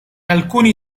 alcuni